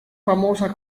famosas